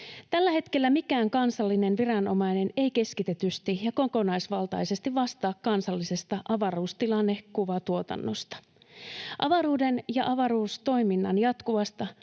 Tällä hetkellä mikään kansallinen viranomainen ei keskitetysti ja kokonaisvaltaisesti vastaa kansallisesta avaruustilannekuvatuotannosta. Avaruuden ja avaruustoiminnan jatkuvasti